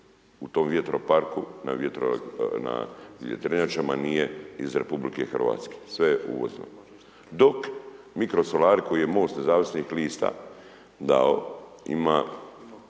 u tom vjetroparku na vjetrenjačama nije iz RH. Sve je uvozno dok mikrosolari koje je MOST nezavisnih lista dao,